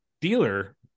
dealer